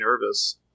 nervous